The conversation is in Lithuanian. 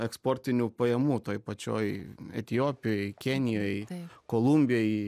eksportinių pajamų toj pačioj etiopijoj kenijoj kolumbijoj